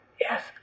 Yes